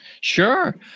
Sure